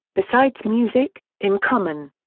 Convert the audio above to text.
besides music, in common.